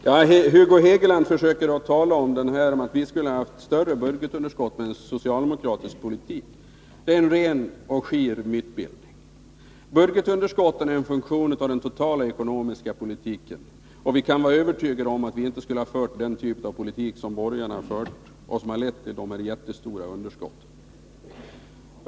Herr talman! Hugo Hegeland försöker påstå att Sverige skulle ha haft ett större budgetunderskott med en socialdemokratisk politik. Det är en ren och skir mytbild. Budgetunderskotten är en funktion av den totala ekonomiska politiken. Ni kan vara övertygade om att vi socialdemokrater inte skulle ha fört den typ av politik som den borgerliga regeringen förde och som har lett till landets jättestora budgetunderskott.